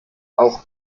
auch